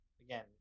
Again